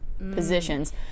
Positions